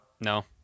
No